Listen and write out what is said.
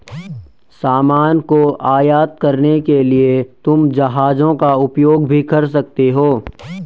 सामान को आयात करने के लिए तुम जहाजों का उपयोग भी कर सकते हो